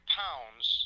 pounds